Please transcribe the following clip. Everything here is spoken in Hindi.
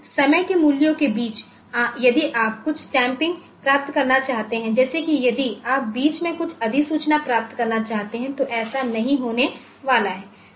लेकिन समय के मूल्यों के बीच यदि आप कुछ स्टैम्पिंग प्राप्त करना चाहते हैं जैसे कि यदि आप बीच में कुछ अधिसूचना प्राप्त करना चाहते हैं तो ऐसा नहीं होने वाला है